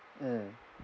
mm